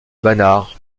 banach